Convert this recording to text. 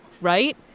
right